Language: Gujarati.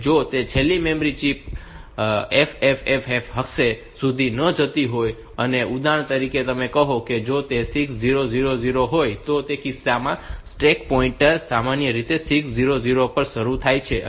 જો છેલ્લી મેમરી ચિપ FFFF હેક્સ સુધી ન જતી હોય અને ઉદાહરણ તરીકે કહો કે જો તે 6000 હોય તો તે કિસ્સામાં સ્ટેક પોઇન્ટર સામાન્ય રીતે 6000 પર શરૂ થાય છે